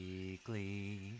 weekly